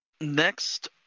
next